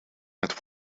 met